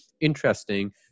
interesting